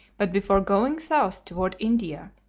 but before going south toward india,